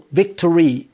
victory